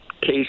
Case